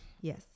yes